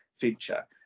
feature